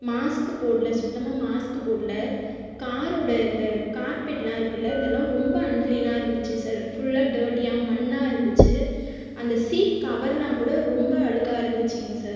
mask போடல சுத்தமாக mask போடல காரோட இந்த கார்பெட்லாம் இருக்குதுல இதெல்லாம் ரொம்ப அன் கிளீன்னா இருந்துச்சு சார் ஃபுல்லா தேர்ட்டியா மண்ணாக இருந்துச்சு அந்த சீட் கவர்லாம் கூட ரொம்ப அழுக்காக இருந்துச்சுங்க சார்